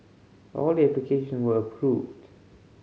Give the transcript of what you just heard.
all application were approved